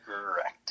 correct